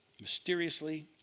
mysteriously